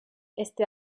este